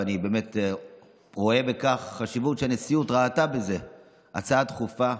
ואני באמת רואה חשיבות בכך שהנשיאות ראתה בזה הצעה דחופה.